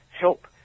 help